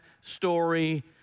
story